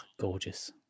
gorgeous